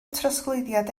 trosglwyddiad